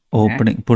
opening